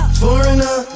foreigner